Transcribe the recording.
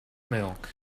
milk